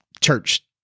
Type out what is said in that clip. church